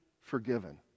forgiven